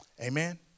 Amen